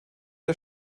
der